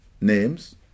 names